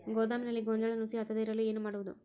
ಗೋದಾಮಿನಲ್ಲಿ ಗೋಂಜಾಳ ನುಸಿ ಹತ್ತದೇ ಇರಲು ಏನು ಮಾಡುವುದು?